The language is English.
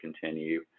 continue